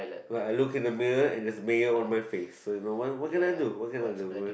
like I look at the mirror and there's mayo on my face so you know what can I do what can I do